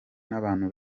n’abantu